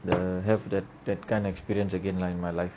the have that that kind of experience again lah in my life